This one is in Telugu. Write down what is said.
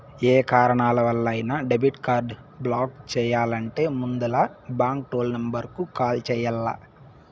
యా కారణాలవల్లైనా డెబిట్ కార్డు బ్లాక్ చెయ్యాలంటే ముందల బాంకు టోల్ నెంబరుకు కాల్ చెయ్యాల్ల